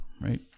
right